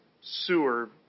sewer